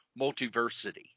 Multiversity